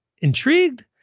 intrigued